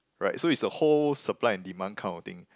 right so it's a whole supply and demand kind of thing